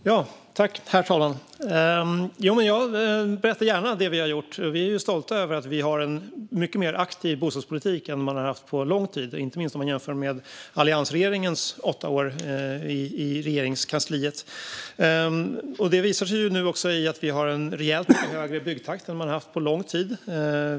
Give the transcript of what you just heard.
Herr talman! Jag berättar gärna vad vi har gjort. Vi är stolta över att vi för en mycket mer aktiv bostadspolitik än Sverige har haft på lång tid, inte minst om man jämför med alliansregeringens åtta år i Regeringskansliet. Detta visar sig nu även i att vi har en rejält mycket högre byggtakt än Sverige har haft på lång tid.